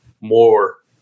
more